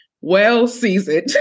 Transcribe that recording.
well-seasoned